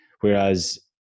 whereas